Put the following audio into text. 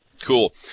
Cool